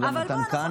מתן כהנא,